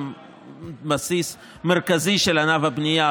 הם בסיס מרכזי של ענף הבנייה,